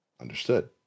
understood